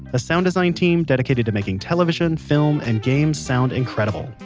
a sound design team dedicated to making television, film, and games sound incredible.